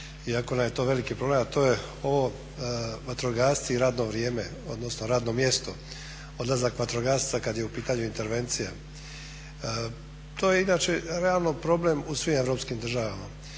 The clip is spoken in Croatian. iako nam je to veliki problem, a to je ovo vatrogasci i radno vrijeme, odnosno radno mjesto, odlazaka vatrogasaca kad je u pitanju intervencija. To je inače realno problem u svim europskim državama,